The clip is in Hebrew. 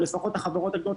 או לפחות החברות הגדולות,